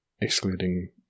excluding